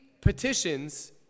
petitions